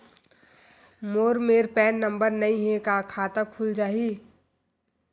मोर मेर PAN number नई हे का खाता खुल जाही?